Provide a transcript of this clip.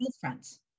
fronts